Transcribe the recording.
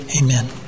Amen